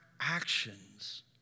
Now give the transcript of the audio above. actions